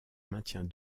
maintient